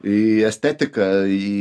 į estetiką į